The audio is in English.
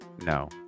No